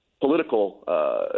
political